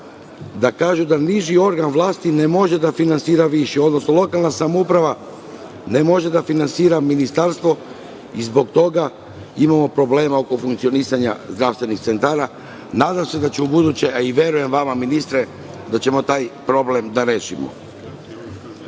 da kažu da niži organ vlasti ne može da finansira viši, odnosno lokalna samouprava ne može da finansira ministarstvo i zbog toga imamo problema oko funkcionisanja zdravstvenih centara. Nadam se, da će u buduće, a i verujem vama ministre, da ćemo taj problem rešiti. Brzo